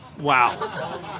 Wow